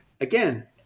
again